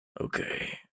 Okay